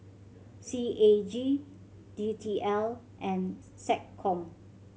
C A G D T L and SecCom